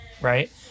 right